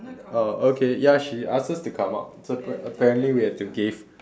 uh okay ya she ask us to come out so apparently apparently we had to gave